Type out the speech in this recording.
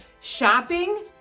Shopping